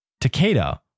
Takeda